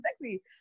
sexy